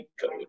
code